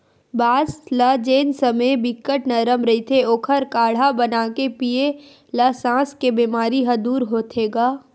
बांस ल जेन समे बिकट नरम रहिथे ओखर काड़हा बनाके पीए ल सास के बेमारी ह दूर होथे गा